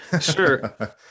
Sure